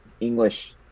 English